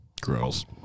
Girls